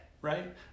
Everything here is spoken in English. right